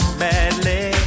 badly